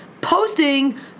posting